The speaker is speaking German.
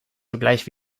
zugleich